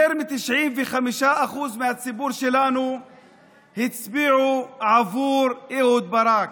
יותר מ-95% מהציבור שלנו הצביע עבור אהוד ברק.